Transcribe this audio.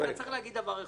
צריך להגיד דבר אחד,